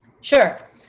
Sure